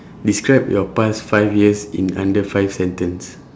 describe your past five years in under five sentence